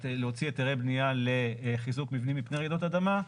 להוציא היתרי בנייה לחיזוק מבנים מפני רעידות אדמה,